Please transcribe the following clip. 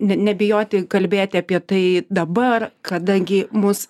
ne nebijoti kalbėti apie tai dabar kadangi mus